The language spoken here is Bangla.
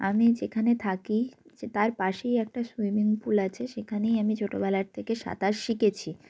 আমি যেখানে থাকি যে তার পাশেই একটা সুইমিং পুল আছে সেখানেই আমি ছোটবেলার থেকে সাঁতার শিখেছি